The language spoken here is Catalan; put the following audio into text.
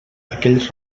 aquell